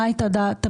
מה הייתה דעת המיעוט?